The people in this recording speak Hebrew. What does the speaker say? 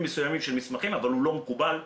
מסוימים של מסמכים אבל זה לא מקובל בבנקים,